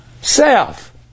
self